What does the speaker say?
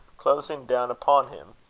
closing down upon him,